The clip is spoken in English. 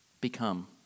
Become